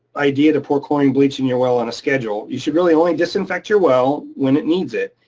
idea to pour chlorine bleach in your well on a schedule. you should really only disinfect your well when it needs it,